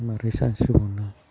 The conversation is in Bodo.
मारै सानस्रिबावनो